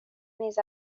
نیز